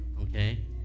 Okay